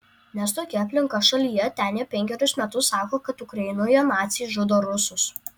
nes tokia aplinka šalyje ten jie penkerius metus sako kad ukrainoje naciai žudo rusus